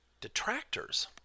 Detractors